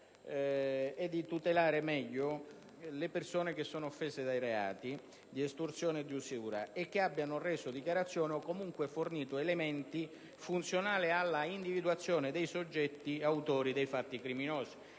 e tutelare meglio le persone offese dai reati di estorsione e di usura e che abbiano reso dichiarazioni o comunque fornito elementi funzionali all'individuazione dei soggetti autori dei fatti criminosi.